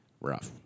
Rough